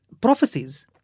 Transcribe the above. prophecies